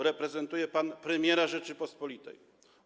Reprezentuje pan tu premiera Rzeczypospolitej.